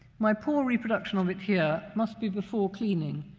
my poor reproduction of it here must be before cleaning.